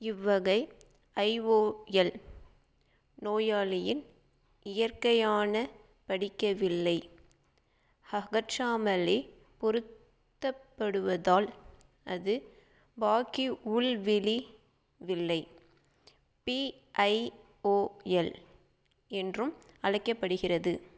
இவ்வகை ஐஓஎல் நோயாளியின் இயற்கையான படிக்கவில்லை அகற்றாமல் பொருத்தப்படுவதால் அது பாக்கி உள்விழி வில்லை பிஐஓஎல் என்றும் அழைக்கப்படுகிறது